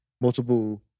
multiple